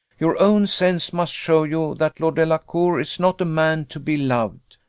your own sense must show you, that lord delacour is not a man to beloved.